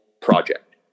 project